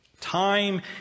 Time